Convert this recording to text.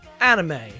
Anime